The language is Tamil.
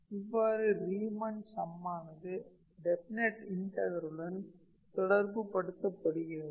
இவ்வாறே ரீமன் சம்மானது டெஃபனைட் இன்டகரலுடன் தொடர்புபடுத்தப்படுகிறது